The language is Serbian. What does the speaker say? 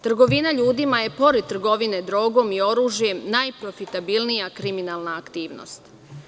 Trgovina ljudima je, pored trgovine drogom i oružjem, najprofitabilnija kriminalna aktivnost.